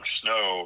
snow